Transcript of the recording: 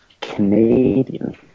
Canadian